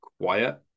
quiet